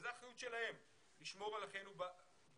וזו אחריות שלהן לשמור על אחינו בתפוצות,